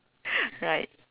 right